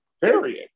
Period